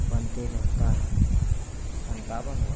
बनते रहता है सत्तावन व